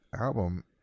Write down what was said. album